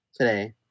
today